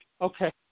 Okay